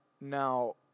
now